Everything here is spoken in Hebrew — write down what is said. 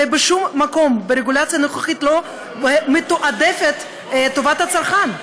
ובשום מקום ברגולציה הנוכחית לא מתועדפת טובת הצרכן.